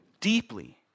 deeply